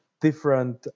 different